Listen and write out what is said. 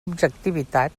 objectivitat